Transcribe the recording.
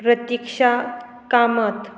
Pratiksha Kamat